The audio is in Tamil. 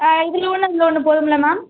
இதில் ஒன்று அதில் ஒன்று போதும்ல மேம்